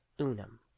Unum